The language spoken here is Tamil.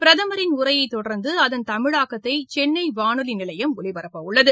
பிரதமரின் உரையைத் தொடர்ந்து அதன் தமிழாக்கத்தை சென்னை வானொலி நிலையம் ஒலிபரப்பும்